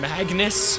Magnus